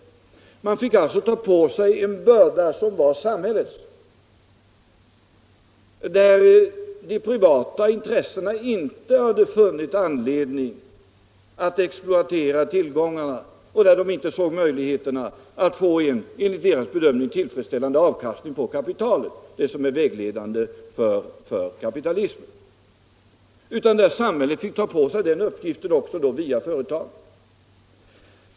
Staten fick alltså ta på sig en börda som var samhällets när de privata intressena inte funnit anledning att exploatera tillgångarna och inte såg några möjligheter att få en enligt deras bedömning tillfredsställande avkastning på kapitalet, det som är vägledande för kapitalismen. I stället fick samhället ta på sig den uppgiften via sina företag.